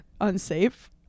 unsafe